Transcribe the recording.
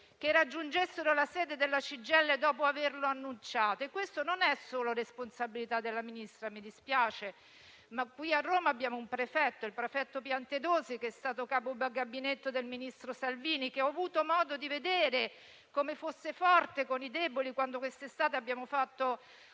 - raggiungessero la sede della CGIL dopo averlo annunciato? Questo non è solo responsabilità del Ministro, mi dispiace, ma a Roma abbiamo il prefetto Piantedosi, che è stato capo Gabinetto del ministro Salvini, che ho avuto modo di vedere come fosse forte con i deboli quando quest'estate abbiamo fatto